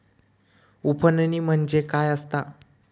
उफणणी म्हणजे काय असतां?